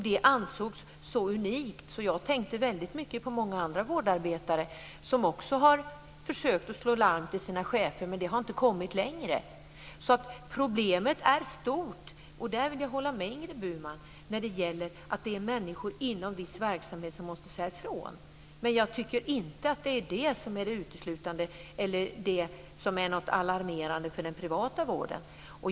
Det ansågs unikt, och jag tänkte på många andra vårdarbete som också har försökt att slå larm till sina chefer men som inte har kommit längre. Jag håller med Ingrid Burman om att problemet är stort när det gäller människor i viss verksamhet som bör säga ifrån. Men jag tycker inte att det är något alarmerande för den privata vården.